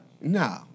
No